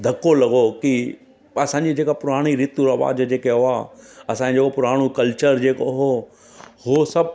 धको लॻो की असांजी जेका पुराणी रीति रवाजु जेके उहा असांजो पुराणो कल्चर जेको हो हो सभु